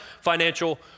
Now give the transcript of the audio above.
financial